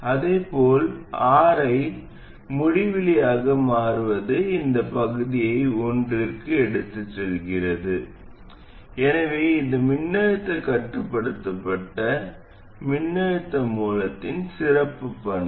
இதேபோல் Ri முடிவிலியாக மாறுவது இந்தப் பகுதியை ஒன்றிற்கு எடுத்துச் செல்கிறது எனவே இது மின்னழுத்தக் கட்டுப்படுத்தப்பட்ட மின்னழுத்த மூலத்தின் சிறந்த பண்பு